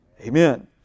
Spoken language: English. Amen